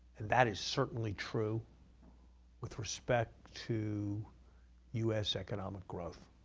that is certainly true with respect to us economic growth.